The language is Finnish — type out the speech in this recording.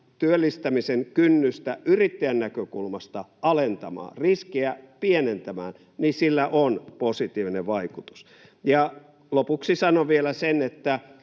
työllistämisen kynnystä yrittäjän näkökulmasta alentamaan, riskejä pienentämään, niin sillä on positiivinen vaikutus. Lopuksi sanon vielä sen, että